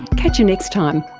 catch you next time